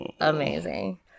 amazing